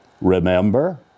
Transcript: remember